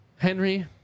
Henry